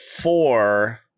four